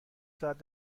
ساعت